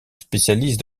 spécialise